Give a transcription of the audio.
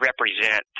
represent